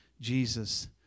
Jesus